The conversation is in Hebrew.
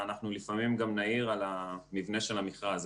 ואנחנו לפעמים גם נעיר על המבנה של המכרז.